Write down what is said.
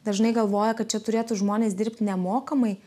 dažnai galvoja kad čia turėtų žmones dirbti nemokamai